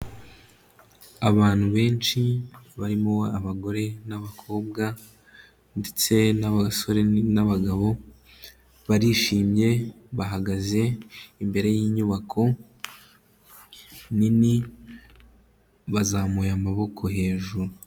Abantu benshi barimo abagore n'abakobwa ndetse n'abasore n'abagabo, barishimye bahagaze imbere y'inyubako nini bazamuye amaboko hejuru.